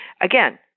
Again